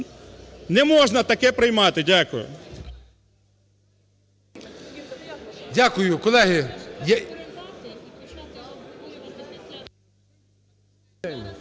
Не можна таке приймати. Дякую.